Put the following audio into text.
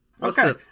Okay